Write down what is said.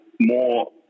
more